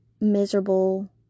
miserable